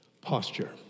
Posture